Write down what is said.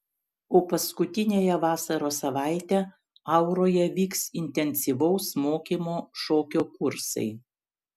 o paskutiniąją vasaros savaitę auroje vyks intensyvaus mokymo šokio kursai